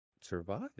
survive